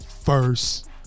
first